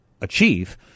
achieve